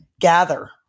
gather